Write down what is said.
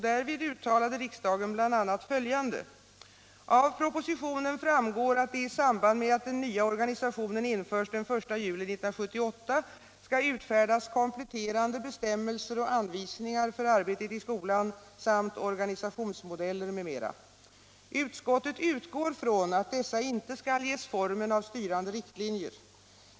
Därvid uttalade riksdagen bl.a. följande: styrande riktlinjer.